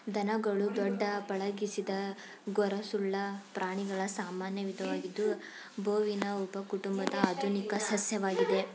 ದನಗಳು ದೊಡ್ಡ ಪಳಗಿಸಿದ ಗೊರಸುಳ್ಳ ಪ್ರಾಣಿಗಳ ಸಾಮಾನ್ಯ ವಿಧವಾಗಿದ್ದು ಬೋವಿನಿ ಉಪಕುಟುಂಬದ ಆಧುನಿಕ ಸದಸ್ಯವಾಗಿವೆ